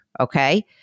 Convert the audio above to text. Okay